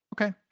Okay